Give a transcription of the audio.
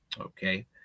Okay